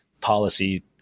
policy